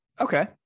Okay